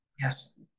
Yes